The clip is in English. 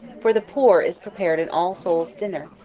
for the poor is prepared an all souls' dinner,